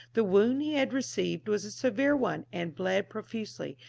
the wound he had received was a severe one, and bled profusely,